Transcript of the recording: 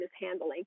mishandling